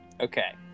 Okay